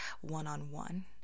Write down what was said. one-on-one